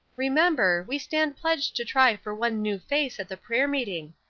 remember, we stand pledged to try for one new face at the prayer-meeting,